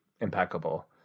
impeccable